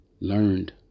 learned